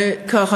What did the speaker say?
ככה.